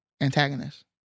antagonist